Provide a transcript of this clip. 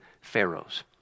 Pharaoh's